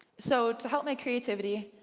so, to help my creativity,